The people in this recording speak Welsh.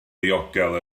ddiogel